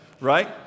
Right